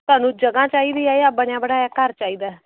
ਤੁਹਾਨੂੰ ਜਗ੍ਹਾ ਚਾਹੀਦੀ ਹੈ ਜਾਂ ਬਣਿਆ ਬਣਾਇਆ ਘਰ ਚਾਹੀਦਾ